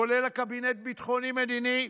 כולל הקבינט הביטחוני-מדיני,